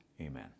Amen